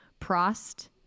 Prost